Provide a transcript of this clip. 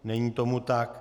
Není tomu tak.